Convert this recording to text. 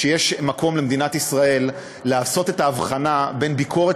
שיש מקום למדינת ישראל לעשות את ההבחנה בין ביקורת